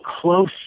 close